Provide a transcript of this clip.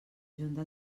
junta